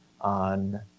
on